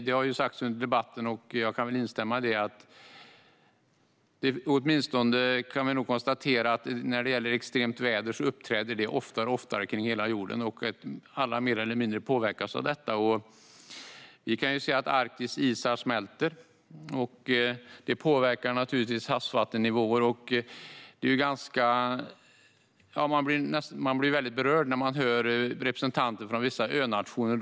Det har sagts under debatten, och jag kan instämma i det, att extremt väder uppträder oftare och oftare runt hela jorden och att alla påverkas av detta mer eller mindre. Vi kan ju se att Arktis isar smälter, och det påverkar naturligtvis havsvattennivåerna. Man blir väldigt berörd när man hör representanter från vissa önationer.